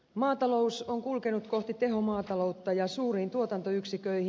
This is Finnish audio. maatalous on kulkenut kohti tehomaataloutta ja suuriin tuotantoyksiköihin